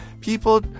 people